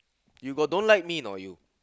you got don't like me or not you